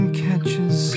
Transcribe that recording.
catches